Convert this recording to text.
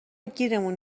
گیرمون